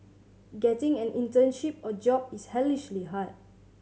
getting an internship or job is hellishly hard